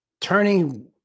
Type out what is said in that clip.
Turning